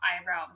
eyebrows